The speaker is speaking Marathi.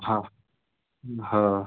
हां